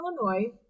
Illinois